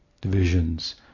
divisions